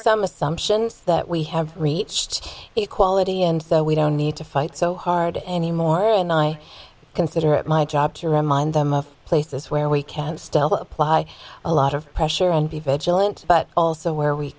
some assumptions that we have reached equality and so we don't need to fight so hard anymore and i consider it my job to remind them of places where we can still apply a lot of pressure and be vigilant but also where we